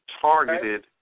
targeted